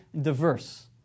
diverse